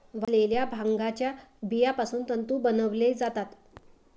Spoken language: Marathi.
वाळलेल्या भांगाच्या बियापासून तंतू बनवले जातात